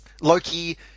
Loki